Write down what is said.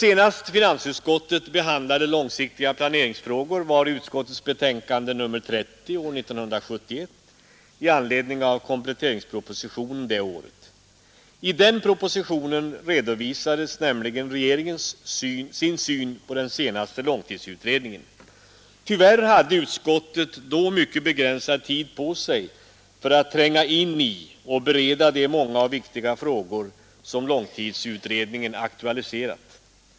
Senast finansutskottet behandlade långsiktiga planeringsfrågor var i utskottets betänkande nr 30 år 1971 i anledning av kompletteringspropositionen det året. I den propositionen redovisade nämligen regeringen sin syn på den senaste långtidsutredningen. Tyvärr hade utskottet då mycket begränsad tid på sig för att sätta sig in i och bereda de många och viktiga frågor som långtidsutredningen aktualiserat.